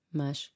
mas